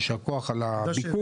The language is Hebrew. יישר כוח על הביקור,